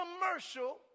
commercial